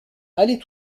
allez